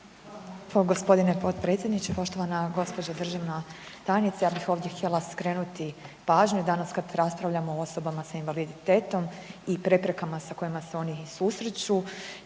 ne razumije/…g. potpredsjedniče, poštovana gđo. državna tajnice. Ja bih ovdje htjela skrenuti pažnju i danas kad raspravljamo o osobama sa invaliditetom i preprekama sa kojima se oni susreću